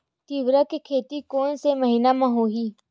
तीवरा के खेती कोन से महिना म होही?